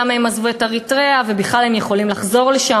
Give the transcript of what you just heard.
למה הם עזבו את אריתריאה ובכלל הם יכולים לחזור לשם.